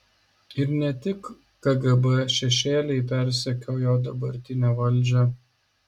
ir ne tik kgb šešėliai persekiojo dabartinę valdžią